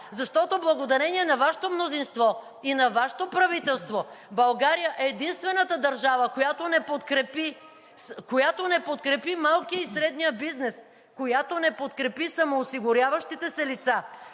Защото благодарение на Вашето мнозинство и на вашето правителство България е единствената държава, която не подкрепи малкия и среден бизнес, която не подкрепи самоосигуряващите се лица,